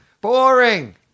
Boring